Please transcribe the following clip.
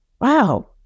wow